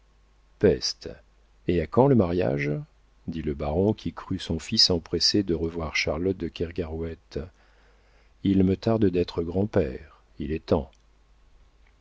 peste et à quand le mariage dit le baron qui crut son fils empressé de revoir charlotte de kergarouët il me tarde d'être grand-père il est temps